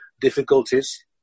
difficulties